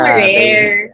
rare